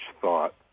thought